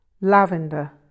lavender